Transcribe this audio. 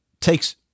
takes